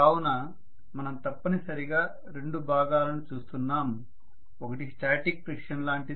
కావున మనం తప్పనిసరిగా రెండు భాగాలను చూస్తున్నాం ఒకటి స్టాటిక్ ఫ్రిక్షన్ లాంటిది